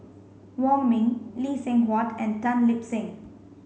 Wong Ming Lee Seng Huat and Tan Lip Seng